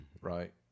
right